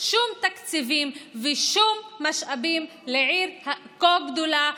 שום תקציבים ושום משאבים לעיר כה גדולה,